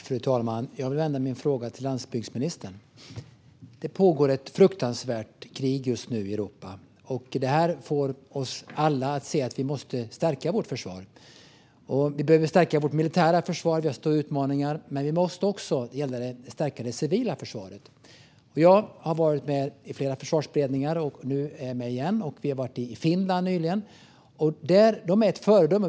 Fru talman! Jag vill rikta min fråga till landsbygdsministern. Det pågår just nu ett fruktansvärt krig i Europa, och det får oss alla att se att vi måste stärka vårt försvar. Vi behöver stärka vårt militära försvar inför utmaningar, men vi måste också stärka det civila försvaret. Jag har varit med i flera försvarsberedningar, och nu är jag med igen. Vi har varit i Finland nyligen. Finland är ett föredöme.